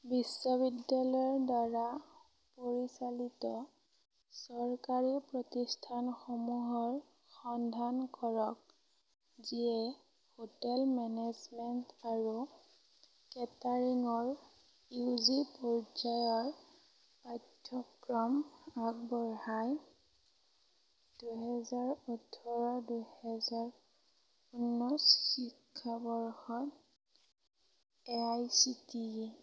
বিশ্ববিদ্যালয়ৰ দ্বাৰা পৰিচালিত চৰকাৰী প্ৰতিষ্ঠানসমূহৰ সন্ধান কৰক যিয়ে হোটেল মেনেজমেণ্ট আৰু কেটাৰিঙৰ ইউ জি পৰ্যায়ৰ পাঠ্যক্ৰম আগবঢ়ায় দুহেজাৰ ওঠৰ দুহেজাৰ ঊনৈছ শিক্ষাবৰ্ষত A I C T E